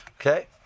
Okay